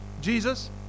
Jesus